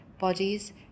bodies